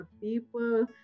people